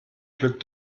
glück